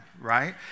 Right